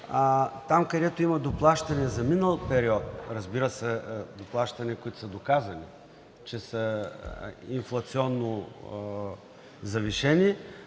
там, където има доплащане за минал период, разбира се, доплащания, които са доказани, че са инфлационно завишени,